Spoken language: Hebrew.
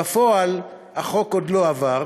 בפועל החוק עוד לא עבר.